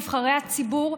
נבחרי הציבור,